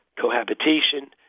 cohabitation